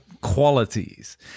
qualities